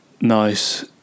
nice